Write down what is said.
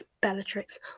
Bellatrix